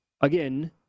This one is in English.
again